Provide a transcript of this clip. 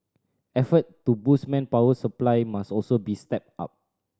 effort to boost manpower supply must also be stepped up